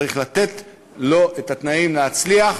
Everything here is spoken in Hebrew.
צריך לתת לו את התנאים להצליח,